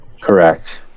Correct